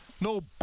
No